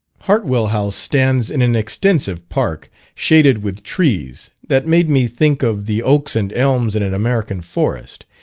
hartwell house stands in an extensive park, shaded with trees, that made me think of the oaks and elms in an american forest,